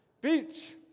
Beach